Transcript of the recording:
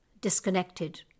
disconnected